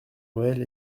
noël